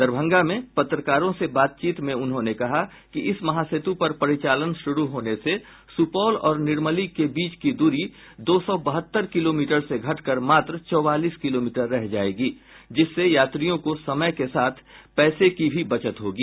दरभंगा में पत्रकारों से बातचीत में उन्होंने कहा कि इस महासेत् पर परिचालन शुरू होने से सुपौल और निर्मली के बीच की दूरी दो सौ बहत्तर किलोमीटर से घटकर मात्र चौवालीस किलोमीटर रह जायेगी जिससे यात्रियों को समय के साथ पैसे की भी बचत होगी